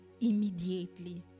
immediately